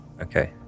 okay